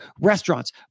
Restaurants